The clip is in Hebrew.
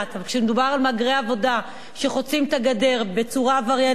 אבל כשמדובר על מהגרי עבודה שחוצים את הגדר בצורה עבריינית,